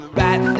right